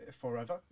forever